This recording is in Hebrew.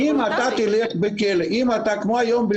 אם אתה כמו היום,